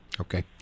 Okay